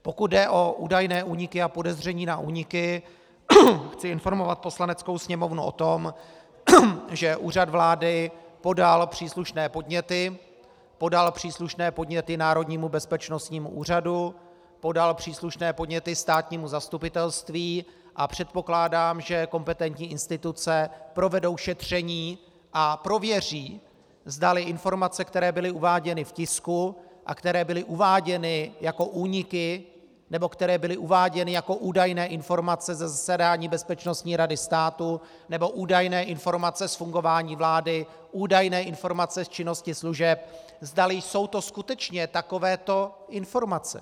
Pokud jde o údajné úniky a podezření na úniky, chci informovat Poslaneckou sněmovnu o tom, že Úřad vlády podal příslušné podněty, podal příslušné podněty Národnímu bezpečnostnímu úřadu, podal příslušné podněty státnímu zastupitelství, a předpokládám, že kompetentní instituce provedou šetření a prověří, zdali informace, které byly uváděny v tisku a které byly uváděny jako úniky nebo které byly uváděny jako údajné informace ze zasedání Bezpečnostní rady státu nebo údajné informace z fungování vlády, údajné informace z činnosti služeb, zdali jsou to skutečně takovéto informace.